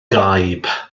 gaib